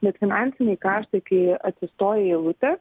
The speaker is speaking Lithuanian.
bet finansiniai kaštai kai atsistoji į eilutę